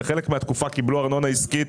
בחלק מהתקופה הם קיבלו ארנונה עסקית,